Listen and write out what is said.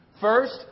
First